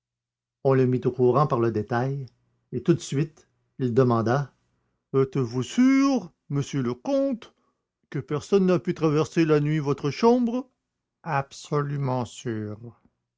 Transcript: on le mit au courant par le détail et tout de suite il demanda êtes-vous sûr monsieur le comte que personne n'a pu traverser la nuit votre chambre absolument sûr